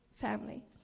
family